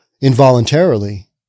involuntarily